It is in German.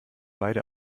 beide